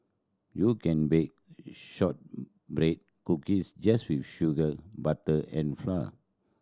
you can bake shortbread cookies just with sugar butter and flour